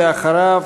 ואחריו,